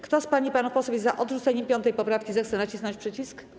Kto z pań i panów posłów jest za odrzuceniem 5. poprawki, zechce nacisnąć przycisk.